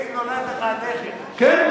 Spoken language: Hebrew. היום אם נולד לך נכד, כן.